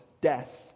death